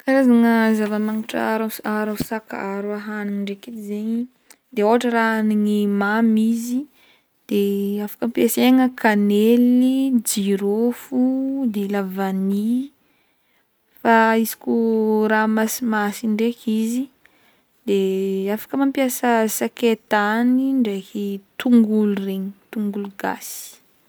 Karazagna zava magnitra a-ro-aroso aharo hanigny draiky edy zegny de ôhatra raha hanigny mamy izy de afaka ampiasaigna kannely, jirofo, de la vanille, fa izy ko raha masimasigny draiky izy de afaka mampiasa sakaitany ndraiky tongolo regny tongolo gasy.